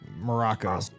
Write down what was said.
Morocco